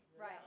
Right